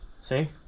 See